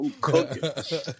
cooking